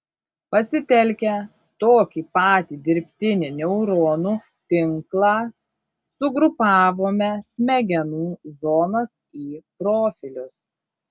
pasitelkę tokį patį dirbtinį neuronų tinklą sugrupavome smegenų zonas į profilius